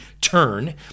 turn